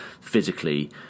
physically